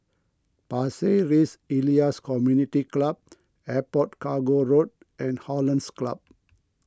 Pasir Ris Elias Community Club Airport Cargo Road and Hollandse Club